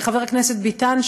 לחבר הכנסת ביטן,